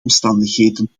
omstandigheden